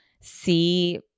see –